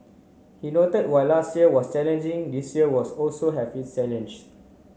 he note while last year was challenging this year was also have its challenge